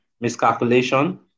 miscalculation